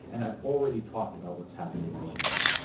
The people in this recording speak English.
and i've already talked about what's happened in myanmar.